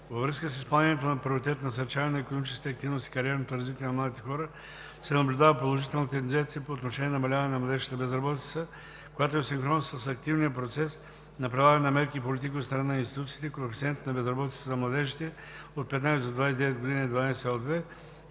Във връзка с изпълнението на Приоритет „Насърчаване на икономическата активност и кариерното развитие на младите хора“ се наблюдава положителна тенденция по отношение намаляване на младежката безработица, която е в синхрон с активния процес на прилагане на мерки и политики от страна на институциите. Коефициентът на безработица за младежите от 15 до 29 години е 12,2%,